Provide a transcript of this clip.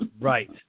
Right